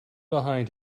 behind